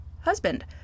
husband